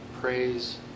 praise